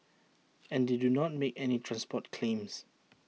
and they do not make any transport claims